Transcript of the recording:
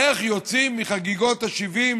איך יוצאים מחגיגות ה-70,